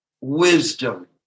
Wisdom